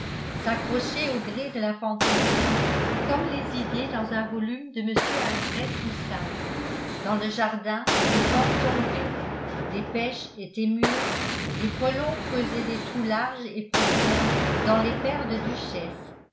s'accrochaient au gré de la fantaisie comme les idées dans un volume de mr alfred houssaye dans le jardin les pommes tombaient les pêches étaient mûres les frelons creusaient des trous larges et profonds dans les paires de